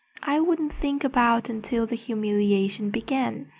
i wouldn't think about until the humiliation began,